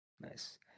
Nice